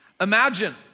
Imagine